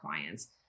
clients